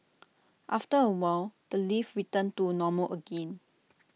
after A while the lift returned to normal again